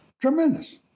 tremendous